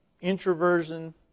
introversion